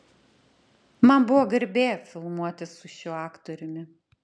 man buvo garbė filmuotis su šiuo aktoriumi